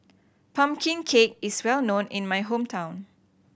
pumpkin cake is well known in my hometown